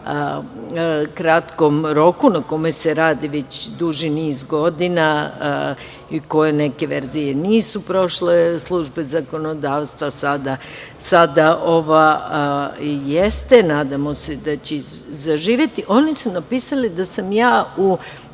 kratkom roku, na kome se radi već duži niz godina i koje neke verzije nisu prošle službe zakonodavstva, sada ova jeste, nadamo se da će zaživeti, oni su napisali da sam ja u